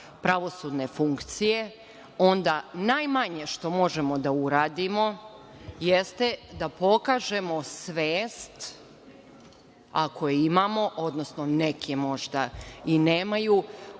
pravosudne funkcije onda najmanje što možemo da uradimo jeste da pokažemo svest, ako je imamo, odnosno neki možda i nemaju,